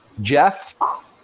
jeff